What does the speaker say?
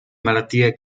malattie